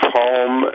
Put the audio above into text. home